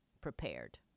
prepared